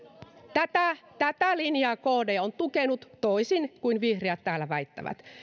tätä tätä linjaa kd on tukenut toisin kuin vihreät täällä väittävät